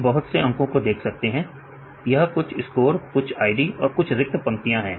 हम बहुत से अंको को देख सकते हैं यह कुछ स्कोर कुछ आईडी और कुछ रिक्त पंक्तियां हैं